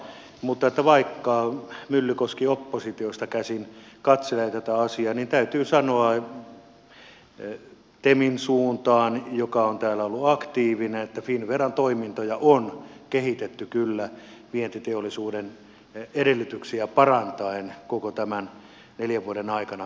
mutta vaikka myllykoski oppositiosta käsin katselee tätä asiaa niin täytyy sanoa temin suuntaan joka on täällä ollut aktiivinen että finnveran toimintoja on kehitetty kyllä vientiteollisuuden edellytyksiä parantaen koko tämän neljän vuoden ajan